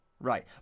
Right